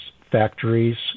factories